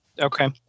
Okay